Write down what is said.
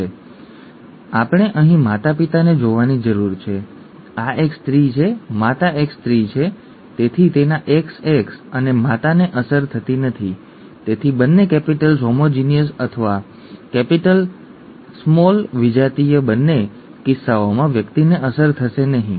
14 અહીં છે તેથી આપણે અહીં માતાપિતાને જોવાની જરૂર છે આ એક સ્ત્રી છે માતા એક સ્ત્રી છે તેથી તેના XX અને માતાને અસર થતી નથી તેથી બંને કૈપિટલ્સ હોમોઝીગસ અથવા મૂડી નાના વિજાતીય બંને કિસ્સાઓમાં વ્યક્તિને અસર થશે નહીં